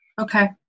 Okay